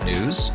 News